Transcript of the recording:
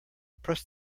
pressed